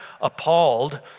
appalled